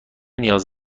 نیاز